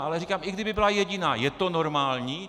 Ale i kdyby byla jediná, je to normální?